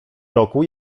roku